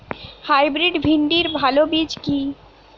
Hybrid ভিন্ডির ভালো বীজ কি?